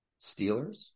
Steelers